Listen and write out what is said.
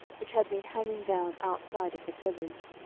which had been hanging down outside of the covers.